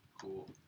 Cool